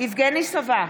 יבגני סובה,